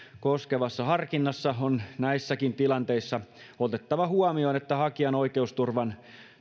koskevassa harkinnassa on näissäkin tilanteissa otettava huomioon että hakijan oikeusturvan